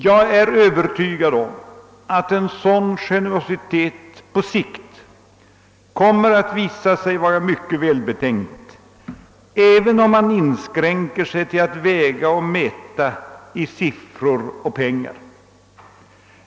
Jag är övertygad om att en sådan generositet på sikt kommer att visa sig vara välbetänkt även om man inskränker sig till att väga och mäta i siffror och pengar.